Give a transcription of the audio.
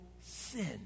sin